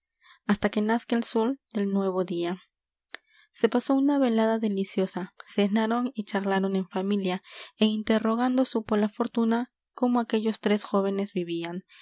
hasta que nazca el sol del nuevo día se pasó una velada deliciosa cenaron y charlaron en familia é interrogando supo la fortuna cómo aquellos tres jóvenes vivían